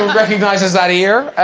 recognizes that a year